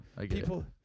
people